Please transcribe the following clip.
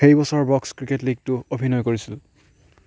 সেই বছৰ box cricket লীগতো অভিনয় কৰিছিল